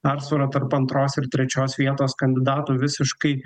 persvara tarp antros ir trečios vietos kandidatų visiškai